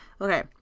Okay